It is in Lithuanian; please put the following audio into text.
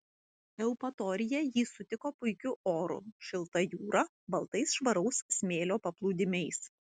eupatorija jį sutiko puikiu oru šilta jūra baltais švaraus smėlio paplūdimiais